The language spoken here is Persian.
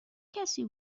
کسی